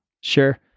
Sure